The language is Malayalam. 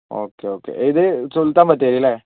ഓക്കെ ഓക്കെ ഇത് സുൽത്താൻ ബത്തേരി അല്ലേ